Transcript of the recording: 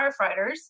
firefighters